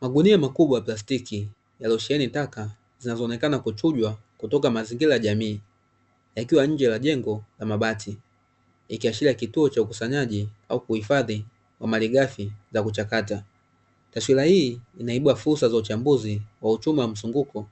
Magunia makubwa plastiki yaliyosheheni taka zinazoonekana kuchujwa kutoka mazingira jamii akiwa nje ya jengo la mabati ikiashiria, cha ukusanyaji au kuhifadhi wa malighafi za kuchakata, taswira hii inaibua fursa za uchambuzi wa uchumi wa mzunguko